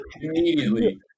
Immediately